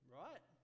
right